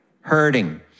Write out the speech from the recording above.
hurting